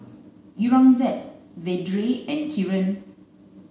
Aurangzeb Vedre and Kiran